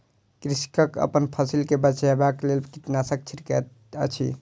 कृषक अपन फसिल के बचाबक लेल कीटनाशक छिड़कैत अछि